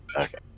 Okay